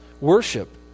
worship